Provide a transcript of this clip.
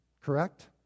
Correct